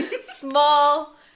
small